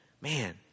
Man